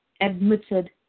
admitted